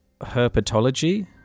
herpetology